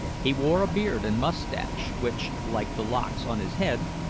he wore a beard and moustache, which, like the locks on his head,